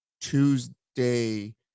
Tuesday